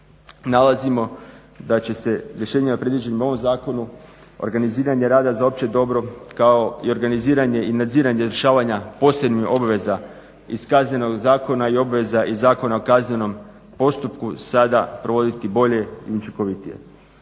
Nalazimo da će se rješenjima predviđenim u ovom zakonu organiziranje rada za opće dobro, kao i organiziranje i nadziranje rješavanja posebnih obveza iz KZ-a i obveze iz ZKP-a sada provoditi bolje i učinkovitije.